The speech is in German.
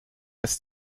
ist